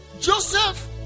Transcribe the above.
Joseph